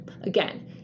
Again